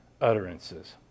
utterances